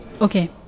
Okay